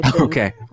Okay